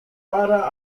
para